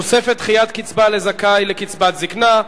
תוספת דחיית קצבה לזכאי לקצבת זיקנה),